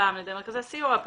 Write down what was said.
על ידי מרכזי הסיוע,